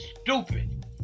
stupid